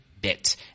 BIT